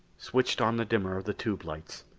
switched on the dimmer of the tube lights,